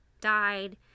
died